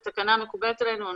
התקנה מקובלת עלינו.